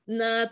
na